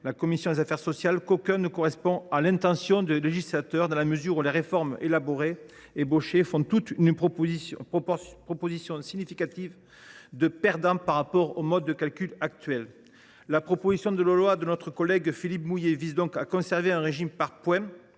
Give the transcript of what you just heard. commission des affaires sociales, qu’« aucun ne correspond à l’intention du législateur, dans la mesure où les réformes ébauchées font toutes une proportion significative de perdants par rapport au mode de calcul actuel ». La proposition de loi de notre collègue Philippe Mouiller tend, pour sa part, à conserver un régime par points